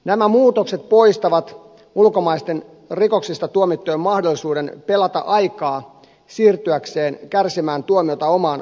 nämä muutokset poistavat ulkomaalaisten rikoksista tuomittujen mahdollisuuden pelata aikaa siirtyäkseen kärsimään tuomiota omaan kotimaahansa